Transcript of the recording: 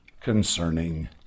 concerning